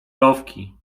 rowki